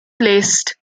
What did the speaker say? placed